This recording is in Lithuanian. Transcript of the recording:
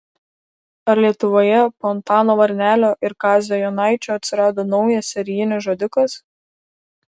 ar lietuvoje po antano varnelio ir kazio jonaičio atsirado naujas serijinis žudikas